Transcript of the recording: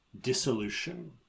Dissolution